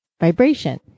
vibration